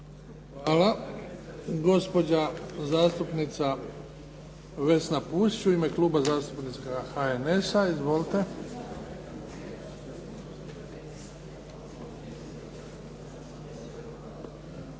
Hvala. Gospođa zastupnica Vesna Pusić, u ime Kluba zastupnika HNS-a. Izvolite.